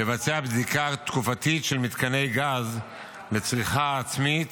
לבצע בדיקה תקופתית של מתקני גז לצריכה עצמית